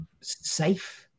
safe